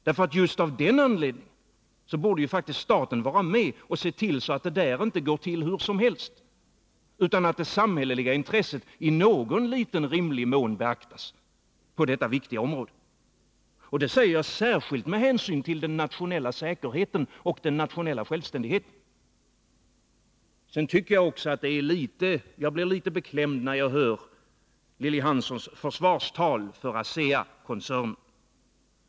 Staten borde just av den anledningen vara med och se till att detta inte går till hur som helst utan att det samhälleliga intresset på detta viktiga område i någon liten rimlig mån beaktas. Det säger jag särskilt med hänsyn till den nationella säkerheten och den nationella självständigheten. Sedan blir jag litet beklämd när jag hör Lilly Hanssons försvarstal för ASEA-koncernen.